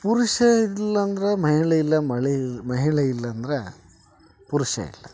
ಪುರುಷ ಇರಲಿಲ್ಲ ಅಂದ್ರೆ ಮಹಿಳೆ ಇಲ್ಲ ಮಳೆ ಈ ಮಹಿಳೆ ಇಲ್ಲ ಅಂದ್ರೆ ಪುರುಷ ಇಲ್ಲ